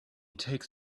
takes